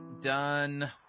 Done